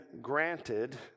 granted